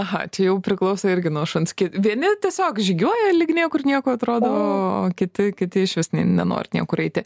aha čia jau priklauso irgi nuo šuns vieni tiesiog žygiuoja lyg niekur nieko atrodo o o kiti kiti išvis nenori niekur eiti